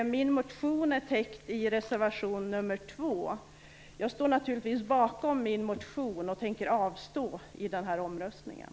Min motion är täckt i reservation nr 2. Jag står naturligtvis bakom min motion och tänker avstå i omröstningen.